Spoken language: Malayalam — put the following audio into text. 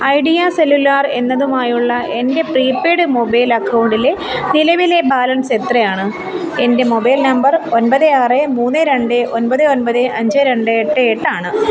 ഐഡിയ സെല്ലുലാർ എന്നതുമായുള്ള എൻ്റെ പ്രീപെയ്ഡ് മൊബൈൽ അക്കൗണ്ടിലെ നിലവിലെ ബാലൻസെത്രയാണ് എൻ്റെ മൊബൈൽ നമ്പർ ഒൻപത് ആറ് മൂന്ന് രണ്ട് ഒൻപത് ഒൻപത് അഞ്ച് രണ്ട് എട്ട് എട്ടാണ്